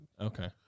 Okay